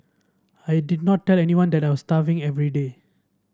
I did not tell anyone that I was starving every day